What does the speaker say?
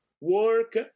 work